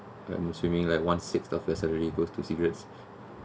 like assuming like one six of us already goes to cigarettes